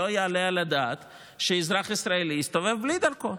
ולא יעלה על הדעת שאזרח ישראלי יסתובב בלי דרכון.